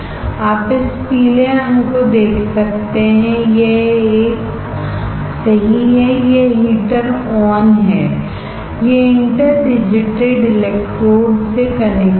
आप इस पीले रंग को देख सकते हैं यह एक सही है यह हीटर On है ये इंटर डिजिटेड इलेक्ट्रोड से कनेक्शन हैं